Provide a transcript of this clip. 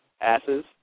asses